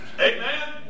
Amen